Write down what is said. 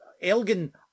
Elgin